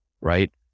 right